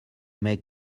may